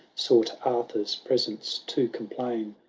sought arthur s presence, to complain,